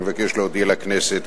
אני מבקש להודיע לכנסת,